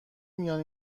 میان